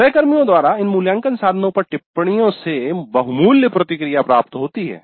सहकर्मियों द्वारा इन मूल्यांकन साधनों पर टिप्पणियों से बहुमूल्य प्रतिक्रिया प्राप्त होती हैं